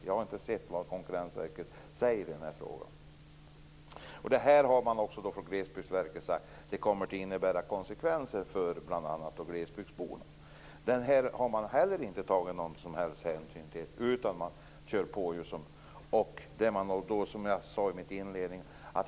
Jag har inte sett vad Konkurrensverket säger i den här frågan. Glesbygdsverket har sagt att detta kommer att få konsekvenser för bl.a. glesbygdsborna. Det har man inte heller tagit någon som helst hänsyn till, utan man bara kör på.